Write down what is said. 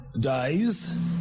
dies